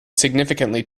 significantly